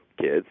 kids